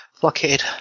blockade